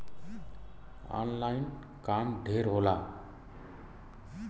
online काम ढेर होला